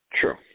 True